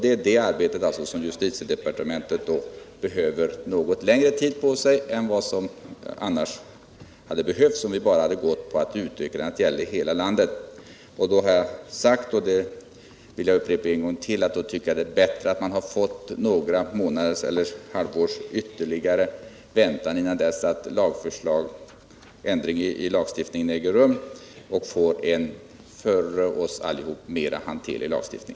Det är för det arbetet som justitiedepartementet behöver något längre tid på sig än vad som skulle ha behövts, om vi hade utgått från att lagen skulle gälla hela landet. Jag har sagt — och det vill jag upprepa — att jag tycker det är bättre att vi har fått uppskov några månader eller något halvår ytterligare med ändringen i lagstiftningen för att kunna åstadkomma cn för oss alla mera lätthanterlig lagstiftning.